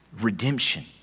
Redemption